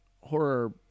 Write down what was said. horror